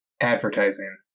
advertising